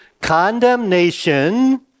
condemnation